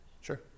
Sure